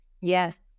Yes